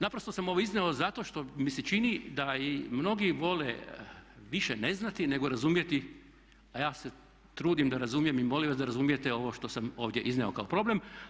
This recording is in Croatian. Naprosto sam ovo iznio zato što mi se čini da i mnogi vole više ne znati nego razumjeti a ja se trudim da razumijem i molim vas da razumijete ovo što sam ovdje iznio kao problem.